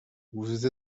vous